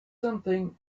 something